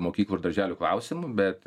mokyklų ir darželių klausimų bet